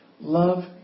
love